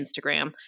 Instagram